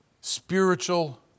spiritual